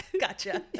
Gotcha